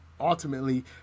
ultimately